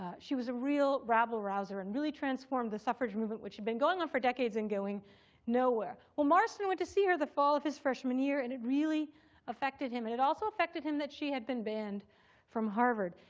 ah she was a real rabble rouser and really transformed the suffrage movement, which had been going on for decades and going nowhere. well, marston went to see her the fall of his freshman year and it really affected him. and it also affected him that she had been banned from harvard.